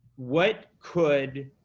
what could